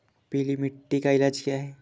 पीली मिट्टी का इलाज क्या है?